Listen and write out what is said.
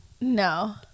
no